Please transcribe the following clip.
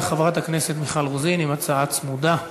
חברת הכנסת מיכל רוזין עם הצעה צמודה.